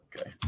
Okay